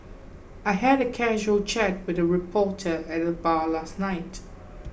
I had a casual chat with a reporter at the bar last night